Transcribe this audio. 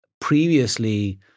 previously